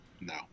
no